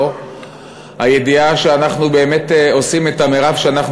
או הידיעה שאנחנו באמת עושים את המרב שאנחנו